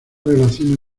relación